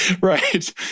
Right